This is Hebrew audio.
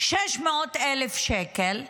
600,000 שקל,